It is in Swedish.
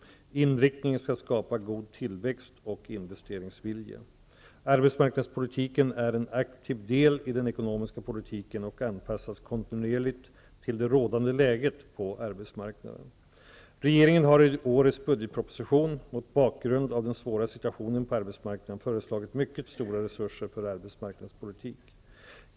Inriktningen skall skapa god tillväxt och investeringsvilja. Arbetsmarknadspolitiken är en aktiv del i den ekonomiska politiken och anpassas kontinuerligt till det rådande läget på arbetsmarknaden. Regeringen har i årets budgetproposition, mot bakgrund av den svåra situationen på arbetsmarknaden, föreslagit mycket stora resurser för arbetsmarknadspolitik.